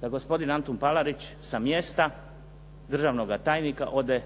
da gospodin Antun Palarić sa mjesta državnoga tajnika ode